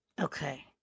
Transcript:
Okay